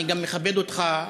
אני גם מכבד אותך,